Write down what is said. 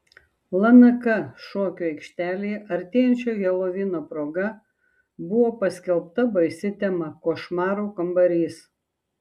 lnk šokių aikštelėje artėjančio helovino proga buvo paskelbta baisi tema košmarų kambarys